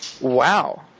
Wow